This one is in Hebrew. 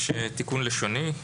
יש תיקון לשוני.